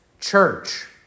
church